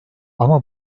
ama